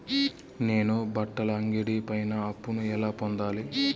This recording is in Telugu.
నేను బట్టల అంగడి పైన అప్పును ఎలా పొందాలి?